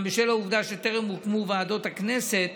אולם בשל העובדה שטרם הוקמו ועדות הכנסת